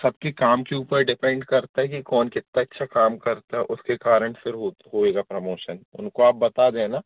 सबके काम के ऊपर डिपेंड करता है कि कौन कितना अच्छा काम करता है उसके कारण फिर होएगा प्रमोशन उनको आप बता देना